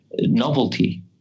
novelty